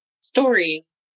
stories